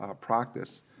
practice